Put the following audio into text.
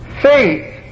Faith